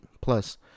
plus